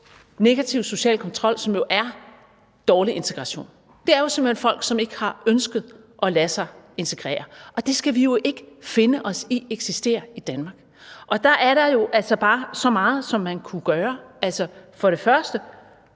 negativ social kontrol, som jo er dårlig integration. Det er simpelt hen folk, som ikke har ønsket at lade sig integrere, og det skal vi jo ikke finde os i eksisterer i Danmark, og der er altså så meget, man så kunne gøre: Man kunne sørge